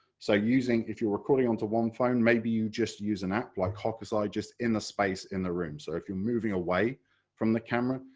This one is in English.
so using if you're recording on to one phone, maybe you just use an app, like hokusai, in the space, in the room, so if you're moving away from the camera,